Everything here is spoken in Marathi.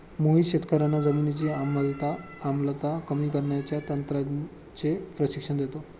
मोहित शेतकर्यांना जमिनीची आम्लता कमी करण्याच्या तंत्राचे प्रशिक्षण देतो